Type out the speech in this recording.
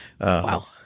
Wow